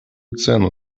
цену